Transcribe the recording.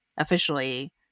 officially